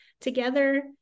together